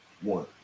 One